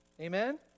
amen